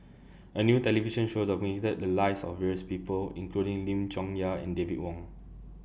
A New television Show documented The Lives of various People including Lim Chong Yah and David Wong